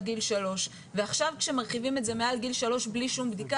גיל 3. ועכשיו כשמרחיבים את זה מעל גיל 3 בלי שום בדיקה,